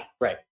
Right